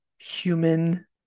human